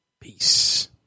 Peace